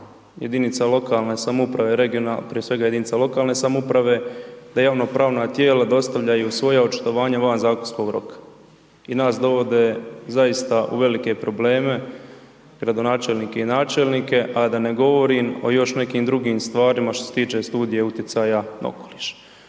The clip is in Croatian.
jedinice lokalne samouprave da javno-pravna tijela dostavljaju svoja očitovanja van zakonskog roka i nas dovode zaista u velike probleme, gradonačelnike i načelnike, a da ne govorim o još nekim drugim stvarima što se tiče studija utjecaja na okoliš.